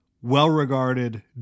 well-regarded